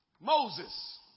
Moses